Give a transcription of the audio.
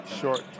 short